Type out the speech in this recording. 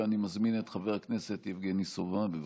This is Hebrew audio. ואני מזמין את חבר הכנסת יבגני סובה, בבקשה.